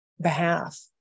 behalf